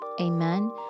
Amen